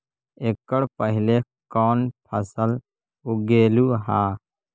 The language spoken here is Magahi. एकड़ पहले कौन फसल उगएलू हा?